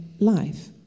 Life